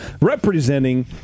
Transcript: representing